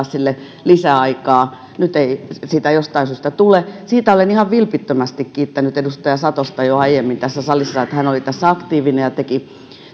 sille lisäaikaa nyt ei sitä jostain syystä tule siitä olen ihan vilpittömästi kiittänyt edustaja satosta jo aiemmin tässä salissa että hän oli tässä aktiivinen ja teki